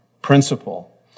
principle